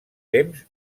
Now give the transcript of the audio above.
temps